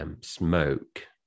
Smoke